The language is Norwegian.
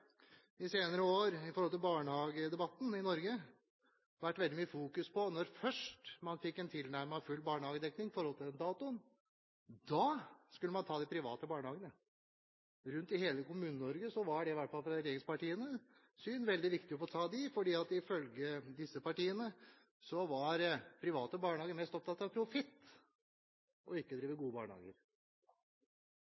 når man fikk tilnærmet full barnehagedekning, at man skulle ta de private barnehagene. Rundt om i hele Kommune-Norge var det – i hvert fall etter regjeringspartienes syn – veldig viktig å ta de private barnehagene, fordi ifølge disse partiene var private barnehager mest opptatt av profitt og ikke av å drive